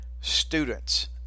students